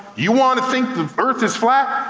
you wanna think the earth is flat,